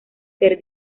ser